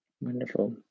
Wonderful